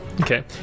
okay